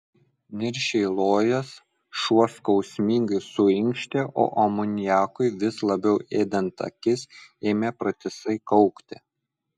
niršiai lojęs šuo skausmingai suinkštė o amoniakui vis labiau ėdant akis ėmė pratisai kaukti